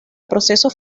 procesos